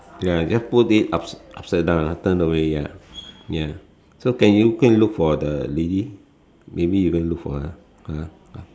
ya just put it ups~ upside down lah turn away ya ya so can you go and look for the lady maybe you go and look for her